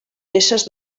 peces